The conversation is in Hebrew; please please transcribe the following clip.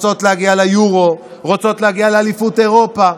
רוצות להגיע ליורו, רוצות להגיע לאליפות אירופה.